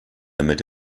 damit